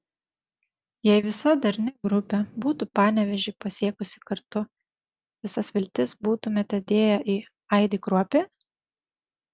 jei visa darni grupė būtų panevėžį pasiekusi kartu visas viltis būtumėte dėję į aidį kruopį